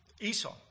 Esau